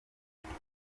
avuga